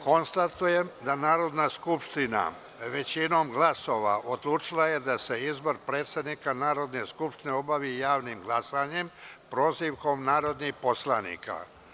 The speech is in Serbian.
Konstatujem da je Narodna skupština većinom glasova odlučila da se izbor predsednika Narodne skupštine obavi javnim glasanjem – prozivanjem narodnih poslanika.